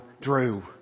Drew